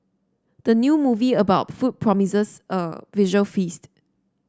the new movie about food promises a visual feast